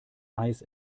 eis